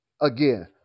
again